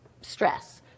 stress